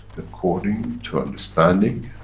according to understanding,